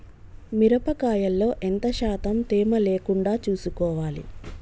మిరప కాయల్లో ఎంత శాతం తేమ లేకుండా చూసుకోవాలి?